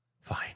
Fine